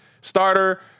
starter